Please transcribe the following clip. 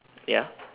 ya